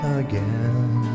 again